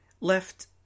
left